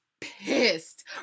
pissed